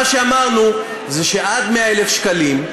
מה שאמרנו זה שעד 100,000 שקלים,